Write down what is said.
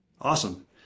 awesome